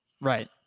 Right